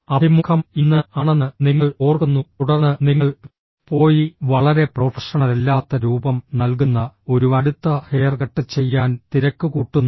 അഭിമുഖം ഇന്ന് ആണെന്ന് നിങ്ങൾ ഓർക്കുന്നു തുടർന്ന് നിങ്ങൾ പോയി വളരെ പ്രൊഫഷണലല്ലാത്ത രൂപം നൽകുന്ന ഒരു അടുത്ത ഹെയർകട്ട് ചെയ്യാൻ തിരക്കുകൂട്ടുന്നു